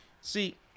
See